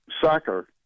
soccer